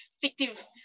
fictive